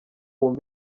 wumve